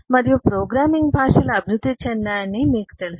మరియు ప్రోగ్రామింగ్ భాషలు అభివృద్ధి చెందాయని మీకు తెలుసు